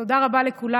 תודה רבה לכולם.